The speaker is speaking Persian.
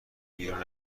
بیرون